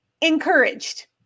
encouraged